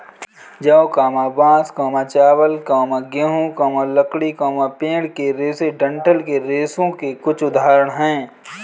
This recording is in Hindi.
जौ, बांस, चावल, गेहूं, लकड़ी, पेड़ के रेशे डंठल के रेशों के कुछ उदाहरण हैं